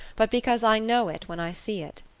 but because i know it when i see it.